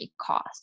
cost